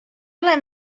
ole